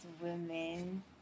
women